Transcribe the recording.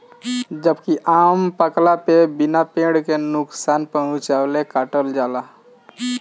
जबकि आम पकला पे बिना पेड़ के नुकसान पहुंचवले काटल जाला